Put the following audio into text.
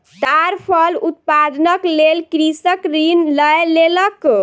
ताड़ फल उत्पादनक लेल कृषक ऋण लय लेलक